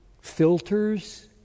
filters